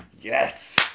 Yes